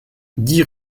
dix